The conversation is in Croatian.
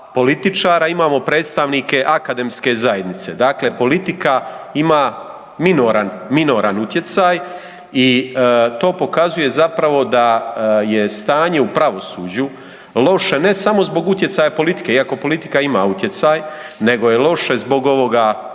političara i imamo predstavnike akademske zajednice. Dakle politika ima minoran, minoran utjecaj i to pokazuje zapravo da je stanje u pravosuđu loše ne samo zbog utjecaja politike iako politika ima utjecaj nego je loše zbog ovoga